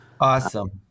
Awesome